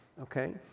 okay